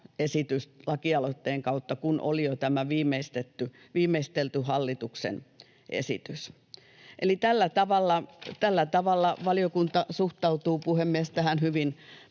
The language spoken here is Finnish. esitys laki-aloitteen kautta kuin oli jo tämä viimeistelty hallituksen esitys. Eli tällä tavalla valiokunta suhtautuu, puhemies, tähän hyvin